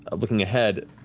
um looking ahead,